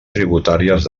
tributàries